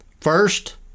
First